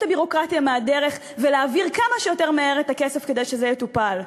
הביורוקרטיה מהדרך ולהעביר כמה שיותר מהר את הכסף כדי שזה יטופל?